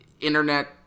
internet